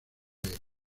aires